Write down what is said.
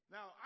Now